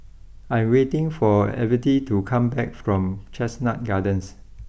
I am waiting for Evette to come back from Chestnut Gardens